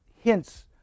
hints